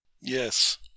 Yes